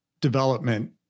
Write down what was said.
development